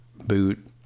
boot